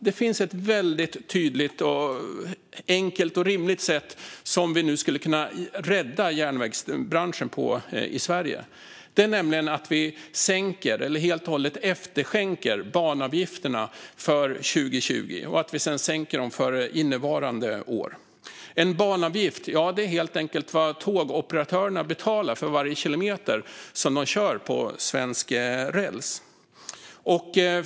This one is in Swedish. Det finns ett väldigt tydligt, enkelt och rimligt sätt som vi nu skulle kunna rädda järnvägsbranschen på i Sverige, nämligen att vi sänker eller helt och hållet efterskänker banavgifterna för 2020 och att vi sedan sänker banavgifterna för innevarande år. Banavgift är helt enkelt vad tågoperatörerna betalar för varje kilometer som de kör på svensk räls.